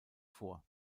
vor